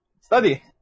Study